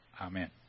Amen